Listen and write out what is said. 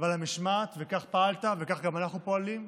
ועל המשמעת, וכך פעלת, וכך גם אנחנו פועלים,